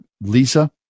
Lisa